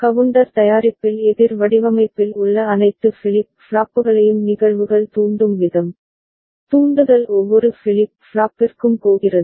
counter தயாரிப்பில் எதிர் வடிவமைப்பில் உள்ள அனைத்து ஃபிளிப் ஃப்ளாப்புகளையும் நிகழ்வுகள் தூண்டும் விதம் தூண்டுதல் ஒவ்வொரு ஃபிளிப் ஃப்ளாப்பிற்கும் போகிறது